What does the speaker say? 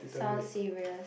sound serious